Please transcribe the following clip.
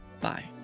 Bye